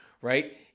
right